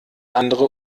andere